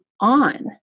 on